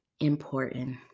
important